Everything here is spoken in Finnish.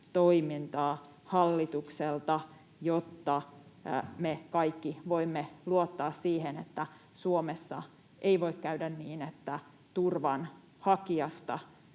toimintaa hallitukselta, jotta me kaikki voimme luottaa siihen, että Suomessa ei voi käydä niin, että turvanhakijasta